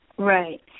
Right